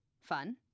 fun